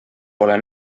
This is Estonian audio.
pole